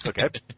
Okay